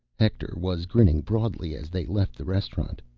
hector was grinning broadly as they left the restaurant.